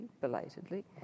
belatedly